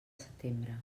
setembre